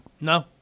No